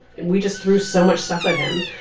we just threw so much stuff at him.